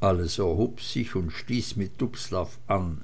alles erhob sich und stieß mit dubslav an